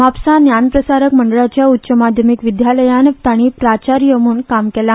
म्हापसा ज्ञानप्रसारक मंडळाच्या उच्च माध्यमिक विद्यालयान ताणी प्राचार्य म्हण काम केला